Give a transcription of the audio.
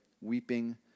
weeping